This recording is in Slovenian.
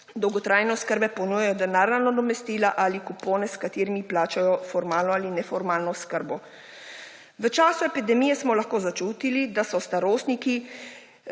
dolgotrajne oskrbe ponujajo denarna nadomestila ali kupe, s katerimi plačajo formalno ali neformalno oskrbo. V času epidemije smo lahko začutili, da so starostniki,